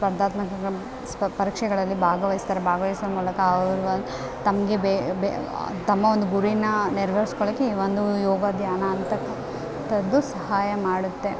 ಸ್ಪರ್ಧಾತ್ಮಕ ಸ್ಪ ಪರೀಕ್ಷೆಗಳಲ್ಲಿ ಭಾಗವಹಿಸ್ತಾರೆ ಭಾಗವಹಿಸುವ ಮೂಲಕ ಅವರು ತಮಗೆ ಬೆ ಬೆ ತಮ್ಮ ಒಂದು ಗುರಿನ ನೆರ್ವೇರ್ಸ್ಕೊಳ್ಳಕ್ಕೆ ಈ ಒಂದು ಯೋಗ ಧ್ಯಾನ ಅನ್ತಕ್ಕಂಥದ್ದು ಸಹಾಯ ಮಾಡುತ್ತೆ